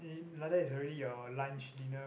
e~ like that is already your lunch dinner